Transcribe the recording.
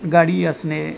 गाडी असणे